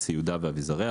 ציודה ואביזריה",